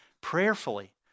prayerfully